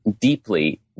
deeply